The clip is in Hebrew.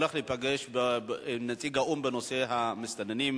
האם זאת תרבות הנהיגה?